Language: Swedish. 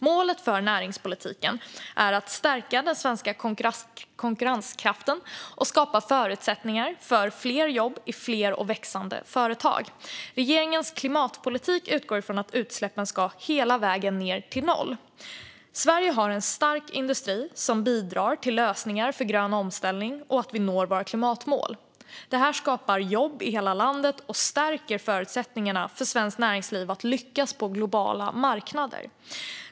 Målet för näringspolitiken är att stärka den svenska konkurrenskraften och skapa förutsättningar för fler jobb i fler och växande företag. Regeringens klimatpolitik utgår från att utsläppen ska hela vägen ned till noll. Sverige har en stark industri som bidrar till lösningar för grön omställning och att vi når våra klimatmål. Detta skapar jobb i hela landet och stärker förutsättningarna för svenskt näringsliv att lyckas på globala marknader.